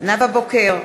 נאוה בוקר,